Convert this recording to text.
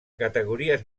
categories